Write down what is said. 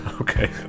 okay